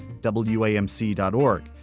WAMC.org